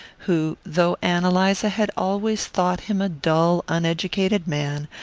who, though ann eliza had always thought him a dull uneducated man,